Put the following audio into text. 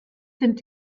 sind